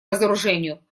разоружению